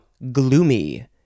Gloomy